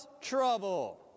trouble